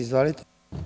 Izvolite.